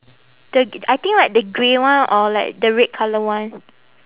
the I think like the grey one or like the red colour one